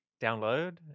download